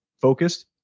focused